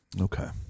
Okay